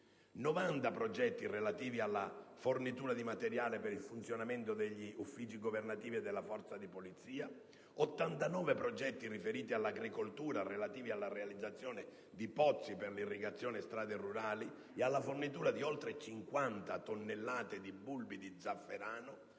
90 progetti relativi alla fornitura di materiale per il funzionamento degli uffici governativi e della forza di polizia; 89 progetti riferiti all'agricoltura, relativi alla realizzazione di pozzi per l'irrigazione e di strade rurali e alla fornitura di oltre 50 tonnellate di bulbi di zafferano